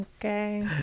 Okay